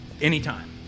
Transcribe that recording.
anytime